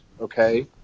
Okay